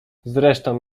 zresztą